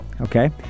Okay